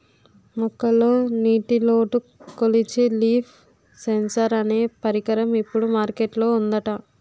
మొక్కల్లో నీటిలోటు కొలిచే లీఫ్ సెన్సార్ అనే పరికరం ఇప్పుడు మార్కెట్ లో ఉందట